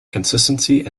consistency